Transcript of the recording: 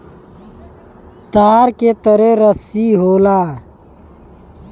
तार के तरे रस्सी होला